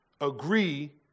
agree